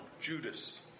Judas